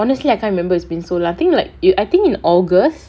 honestly I can't remember it's been so long I think like I think in august